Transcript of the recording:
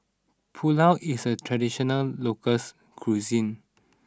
Pulao is a traditional local cuisine